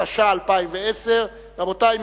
התש"ע 2010. רבותי,